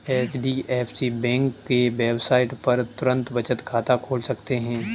HDFC bank के website पर तुरंत बचत खाता खोल सकते है